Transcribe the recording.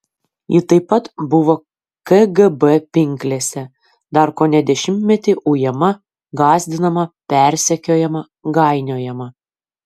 ji taip pat buvo kgb pinklėse dar kone dešimtmetį ujama gąsdinama persekiojama gainiojama